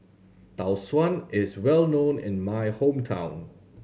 Tau Suan is well known in my hometown